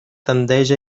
tendeix